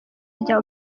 rya